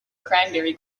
cranberry